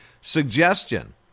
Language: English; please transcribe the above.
suggestion